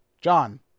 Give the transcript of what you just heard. John